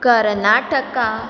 Karnataka